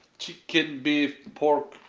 chicken, beef, pork,